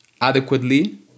adequately